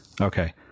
Okay